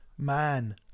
Man